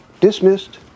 Dismissed